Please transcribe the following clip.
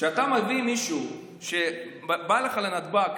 כשאתה מביא מישהו שבא לך לנתב"ג,